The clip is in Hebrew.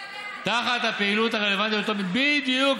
תצביע בעד, "תחת הפעילות הרלוונטית" בדיוק.